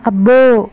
అబ్బో